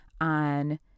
on